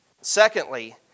Secondly